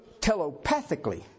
telepathically